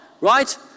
right